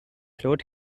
throat